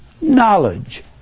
knowledge